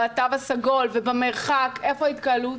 בתו הסגול ובמרחק, איפה ההתקהלות?